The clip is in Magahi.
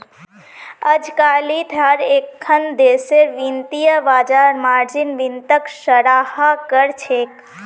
अजकालित हर एकखन देशेर वित्तीय बाजार मार्जिन वित्तक सराहा कर छेक